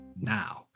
now